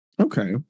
okay